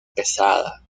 pesada